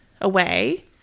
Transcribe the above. away